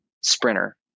sprinter